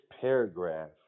paragraph